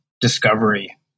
discovery